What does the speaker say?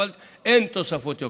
אבל אין תוספות יוקר.